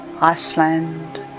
Iceland